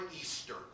Easter